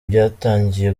byatangiye